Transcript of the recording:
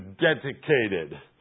dedicated